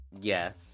Yes